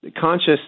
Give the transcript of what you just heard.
conscious